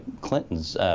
Clinton's